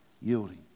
yielding